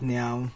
now